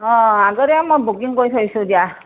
অ আগতে মই বুকিং কৰি থৈছোঁ দিয়া